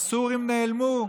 הסורים נעלמו,